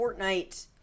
Fortnite